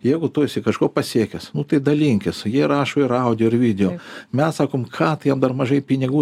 jeigu tu esi kažko pasiekęs tai dalinkis jie rašo ir audio ir video mes sakom ką tai jam dar mažai pinigų